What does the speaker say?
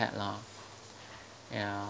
had lah ya